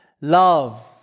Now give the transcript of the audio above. love